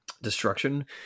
destruction